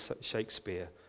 Shakespeare